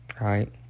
right